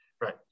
right